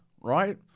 right